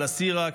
על הסירה,